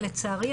לצערי,